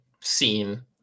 scene